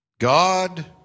God